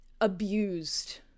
abused